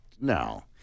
no